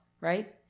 right